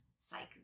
cycle